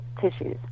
tissues